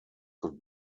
could